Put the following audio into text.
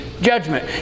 Judgment